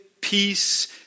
peace